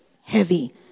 heavy